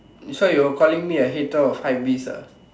so you're calling me a hater of hypebeast ah